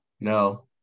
No